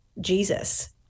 Jesus